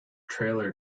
trailer